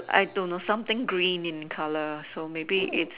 I don't know something green in colour so maybe it's